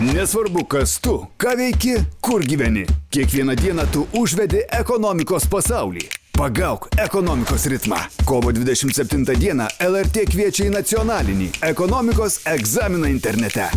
nesvarbu kas tu ką veiki kur gyveni kiekvieną dieną tu užvedi ekonomikos pasaulį pagauk ekonomikos ritmą kovo dvidešimt septintą dieną lrt kviečia į nacionalinį ekonomikos egzaminą internete